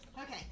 Okay